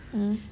mmhmm